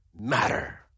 matter